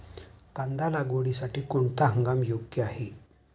कांदा लागवडीसाठी कोणता हंगाम योग्य आहे?